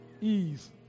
Ease